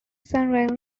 sunrise